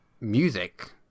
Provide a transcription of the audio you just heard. music